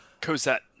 Cosette